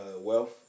wealth